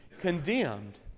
condemned